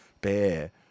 bear